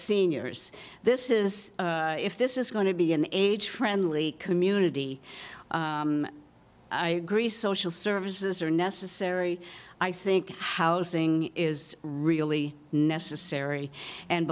seniors this is if this is going to be an age friendly community i agree social services are necessary i think housing is really necessary and